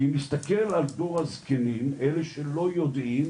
כי אני מסתכל על דור הזקנים שעדיין לא יודעים,